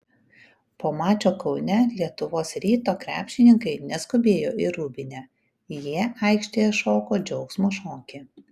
po mačo kaune lietuvos ryto krepšininkai neskubėjo į rūbinę jie aikštėje šoko džiaugsmo šokį